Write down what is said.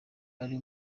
ari